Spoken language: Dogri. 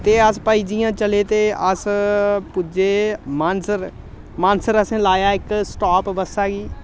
ते अस भाई जि'यां चले ते अस पुज्जे मानसर मानसर असें लाया इक स्टाप बस्सा गी